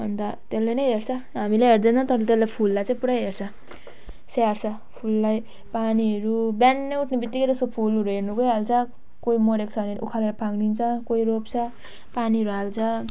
अन्त त्यसले नै हेर्छ हामीले हेर्दैनौँ तर त्यसले फुललाई चाहिँ पुरा हेर्छ स्याहार्छ फुललाई पानीहरू बिहानै उठ्नेबितिकै त्यसको फुलहरू हेर्नु गइहाल्छ कोही मरेको छ भने उखालेर फ्याँकिदिन्छ कोही रोप्छ पानीहरू हाल्छ